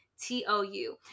t-o-u